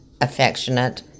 affectionate